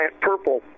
purple